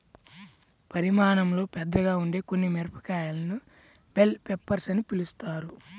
పరిమాణంలో పెద్దగా ఉండే కొన్ని మిరపకాయలను బెల్ పెప్పర్స్ అని పిలుస్తారు